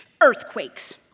Earthquakes